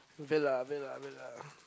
villa villa villa